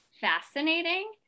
fascinating